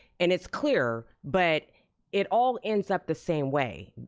and it's clear, but it all ends up the same way.